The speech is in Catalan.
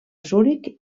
zuric